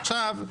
עכשיו,